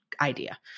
Idea